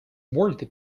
worthy